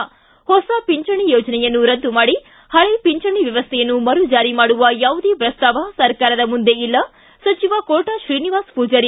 ಿ ಹೊಸ ಪಿಂಚಣಿ ಯೋಜನೆಯನ್ನು ರದ್ದು ಮಾಡಿ ಹಳೆ ಪಿಂಚಣಿ ವ್ಯವಸ್ಥೆಯನ್ನು ಮರು ಜಾರಿ ಮಾಡುವ ಯಾವುದೇ ಪ್ರಸ್ತಾವ ಸರ್ಕಾರದ ಮುಂದೆ ಇಲ್ಲ ಸಚಿವ ಕೋಟಾ ಶ್ರೀನಿವಾಸ ಪೂಜಾರಿ